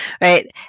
right